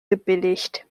gebilligt